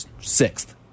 sixth